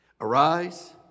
arise